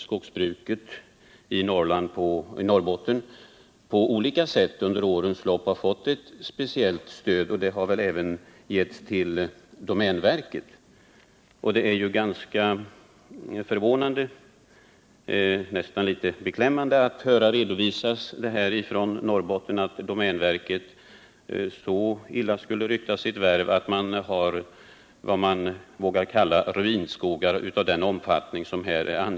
Skogsbruket i Norrbotten har dock under årens lopp på olika sätt fått ett speciellt stöd, och det har väl också kommit domänverket till del. Det är ganska förvånande, nästan litet beklämmande, att från Norrbottenshåll höra att domänverket så illa skulle rykaa sitt värv att det i den här angivna omfattningen har vad man vågar kalla ruinskogar.